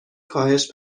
کاهش